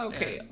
Okay